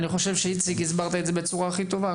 איציק, אני חושב שהסברת את זה בצורה הכי טובה.